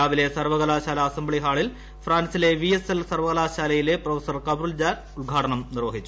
രാവിലെ സർവകലാശാലാ അസംബ്ലി ഹാളിൽ ഫ്രാൻസിലെ വി എസ് എൽ സർവകലാശാലയിലെ പ്രൊഫ കപിൽ രാജ് ഉദ്ഘാടനം നിർവഹിച്ചു